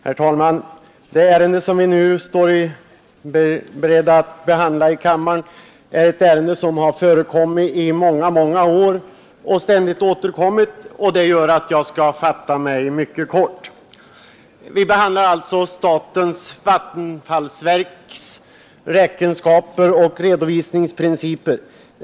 Herr talman! Det ärende som vi nu står i begrepp att behandla i kammaren är ett ärende som förekommit i många år och som ständigt Vi behandlar alltså statens vattenfallsverks räkenskaper och redovisningsprinciper.